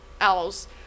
else